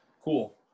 cool